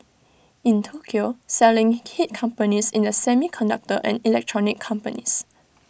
in Tokyo selling hit companies in the semiconductor and electronics companies